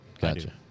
Gotcha